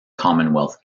commonwealth